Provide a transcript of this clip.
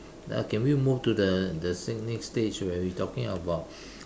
now can we move to the the next stage where we talking about